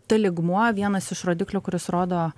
t lygmuo vienas iš rodiklių kuris rodo